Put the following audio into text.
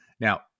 Now